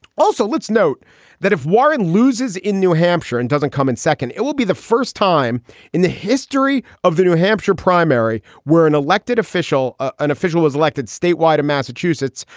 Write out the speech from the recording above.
also, let's note that if warren loses in new hampshire and doesn't come in second, it will be the first time in the history of the new hampshire primary where an elected official, an official is elected statewide in massachusetts,